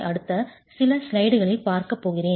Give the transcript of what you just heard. அடுத்த சில ஸ்லைடுகளில் பார்க்கப் போகிறேன்